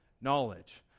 knowledge